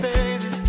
Baby